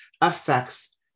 affects